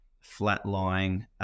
flat-lying